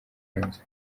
ibanza